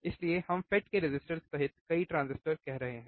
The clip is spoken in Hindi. इसलिए हम FET के resistors सहित कई ट्रांजिस्टर कह रहे हैं